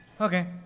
okay